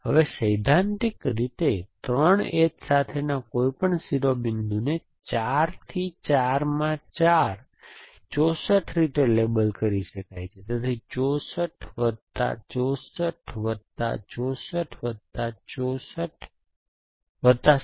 હવે સૈદ્ધાંતિક રીતે 3 એજસાથેના કોઈપણ શિરોબિંદુને 4 થી 4 માં 4 64 રીતે લેબલ કરી શકાય છે તેથી 64 વત્તા 64 વત્તા 64 વત્તા 16